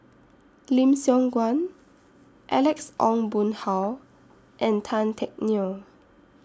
Lim Siong Guan Alex Ong Boon Hau and Tan Teck Neo